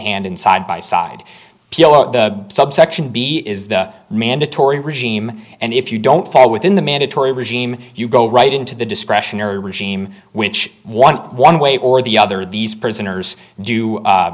hand inside by side the subsection b is the mandatory regime and if you don't fall within the mandatory regime you go right into the discretionary regime which one one way or the other these prisoners do